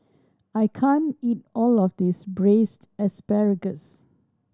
I can't eat all of this Braised Asparagus